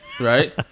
Right